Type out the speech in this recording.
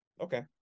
Okay